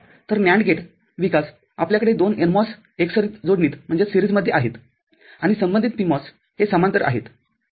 तर NAND gate विकासआपल्याकडे दोन NMOS एकसरी जोडणीत आहेत आणि संबंधित PMOSs हे समांतर आहेत ठीक आहे